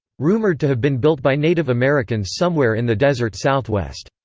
rumored to have been built by native americans somewhere in the desert southwest.